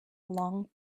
long